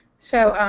so